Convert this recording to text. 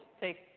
take